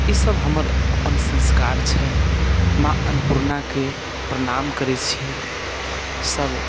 ई सभ हमर अपन संस्कार छै माँ अन्नपूर्णाके प्रणाम करै छी सभ